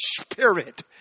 Spirit